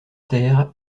terre